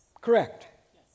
Correct